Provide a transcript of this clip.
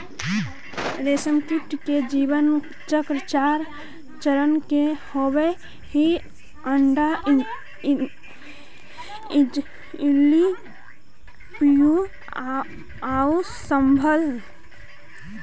रेशमकीट के जीवन चक्र चार चरण के होवऽ हइ, अण्डा, इल्ली, प्यूपा आउ शलभ